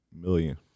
million